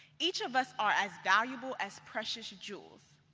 each of us are as valuable as precious jewels.